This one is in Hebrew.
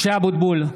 (קורא בשמות חברי הכנסת) משה אבוטבול,